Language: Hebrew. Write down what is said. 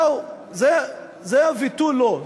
זהו ותו לא.